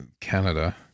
Canada